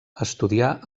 estudià